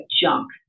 junk